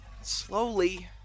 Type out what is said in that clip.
Slowly